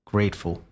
Grateful